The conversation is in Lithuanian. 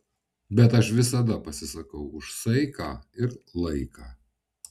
bet aš visada pasisakau už saiką ir laiką